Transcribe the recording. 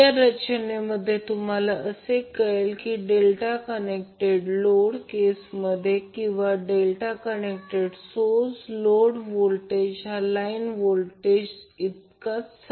या रचनेमध्ये तुम्हाला असे कळेल की डेल्टा कनेक्टेड लोड केसमध्ये किंवा डेल्टा कनेक्टेड सोर्समध्ये लोड व्होल्टेज हा लाईन व्होल्टेज सारखाच असेल